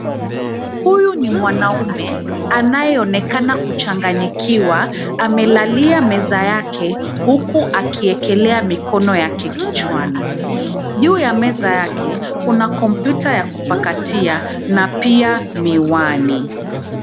Huyu ni mwanaume anayeonekana kuchanganyikiwa, amelalia meza yake huku akiekelea mikono yake kichwani. Juu ya meza yake kuna kompyuta ya kupakati na pia miwani.